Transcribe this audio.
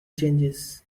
changes